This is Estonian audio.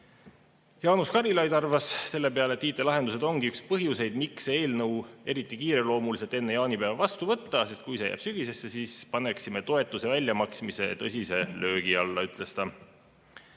Jaanus Karilaid arvas selle peale, et IT‑lahendused ongi üks põhjuseid, miks see eelnõu eriti kiireloomuliselt enne jaanipäeva vastu võtta, sest kui see jääb sügisesse, siis paneksime toetuse väljamaksmise tõsise löögi alla, ütles ta.